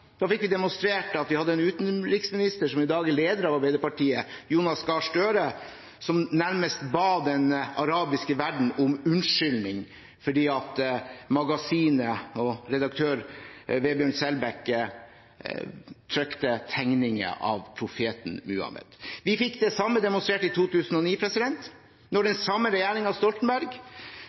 Da fikk vi demonstrert at vi hadde en utenriksminister, som i dag er leder av Arbeiderpartiet, Jonas Gahr Støre, som nærmest ba den arabiske verden om unnskyldning for at Magazinet og redaktøren, Vebjørn Selbekk, trykte tegninger av profeten Muhammed. Vi fikk det samme demonstrert i 2009, da den samme regjeringen Stoltenberg